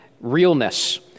realness